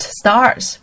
stars